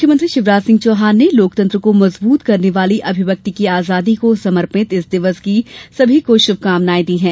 मुख्यमंत्री शिवराज सिंह चौहान ने लोकतंत्र को मजबूत करने वाली अभिव्यक्ति की आजादी को समर्पित इस दिवस की सभी को श्रभकामनायें दी हैं